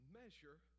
measure